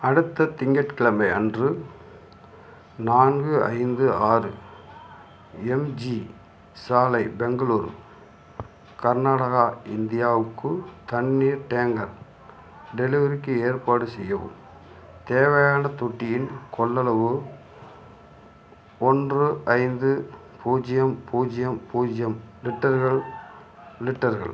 அடுத்த திங்கட்கிழமை அன்று நான்கு ஐந்து ஆறு எம்ஜி சாலை பெங்களூரு கர்நாடகா இந்தியாவுக்கு தண்ணீர் டேங்கர் டெலிவரிக்கு ஏற்பாடு செய்யவும் தேவையான தொட்டியின் கொள்ளளவு ஒன்று ஐந்து பூஜ்யம் பூஜ்யம் பூஜ்யம் லிட்டர்கள் லிட்டர்கள்